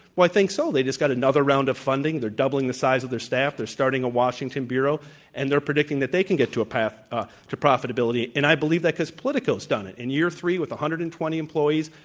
well, i think so. they just got another round of funding. they're doubling the size of their staff. they're starting a washington bureau and they're predicting that they can get to a path ah to profitability. and i believe that because politico's done it. in year three, with a hundred and twenty employees,